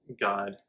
God